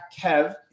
Kev